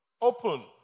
Open